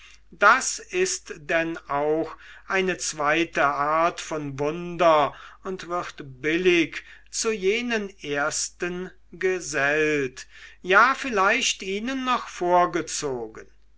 das ist denn auch eine zweite art von wunder und wird billig zu jenen ersten gesellt ja vielleicht ihnen noch vorgezogen